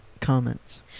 comments